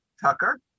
Tucker